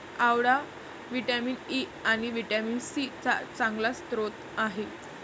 आवळा vitamin E आणि vitamin C चा चांगला स्रोत आहे